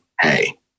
hey